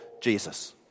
Jesus